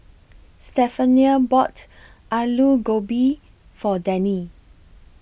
Stephania bought Alu Gobi For Dennie